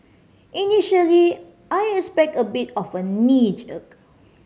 initially I expect a bit of a knee jerk